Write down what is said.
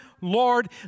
Lord